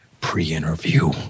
pre-interview